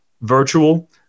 virtual